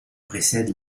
précède